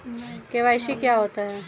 KYC क्या होता है?